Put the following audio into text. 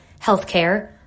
healthcare